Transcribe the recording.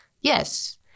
Yes